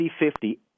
50-50